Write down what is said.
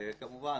וכמובן,